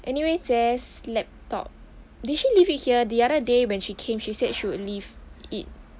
anyway jie's laptop did she leave it here the other day when she came she said would leave it